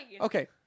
Okay